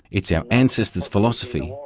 it's our ancestors' philosophy,